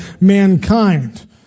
mankind